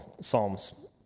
Psalms